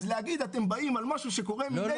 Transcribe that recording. אז להגיד: אתם באים על משהו שקורה ממילא --- לא,